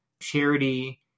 Charity